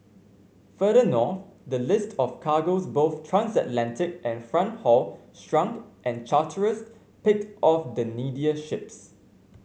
further north the list of cargoes both transatlantic and front haul shrunk and charterers picked off the needier ships